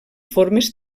formes